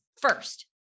first